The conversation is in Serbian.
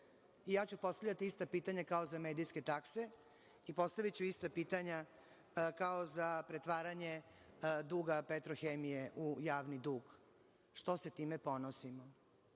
i ja ću postavljati ista pitanja kao za medijske takse, i postaviću ista pitanja kao za pretvaranje duga Petrohemije u javni dug. Što se time ponosimo?